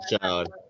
child